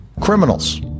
Criminals